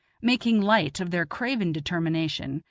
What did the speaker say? making light of their craven determination,